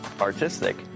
artistic